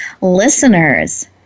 Listeners